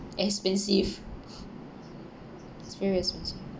expensive it's very expensive